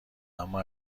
اما